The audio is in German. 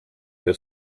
der